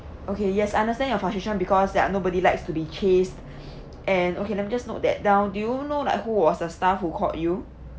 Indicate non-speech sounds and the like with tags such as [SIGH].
okay yes I understand your frustration because ya nobody likes to be chased [BREATH] and okay let me just note that down do you know like who was the staff who called you